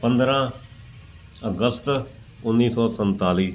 ਪੰਦਰਾਂ ਅਗਸਤ ਉੱਨੀ ਸੌ ਸੰਤਾਲੀ